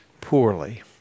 poorly